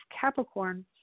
Capricorn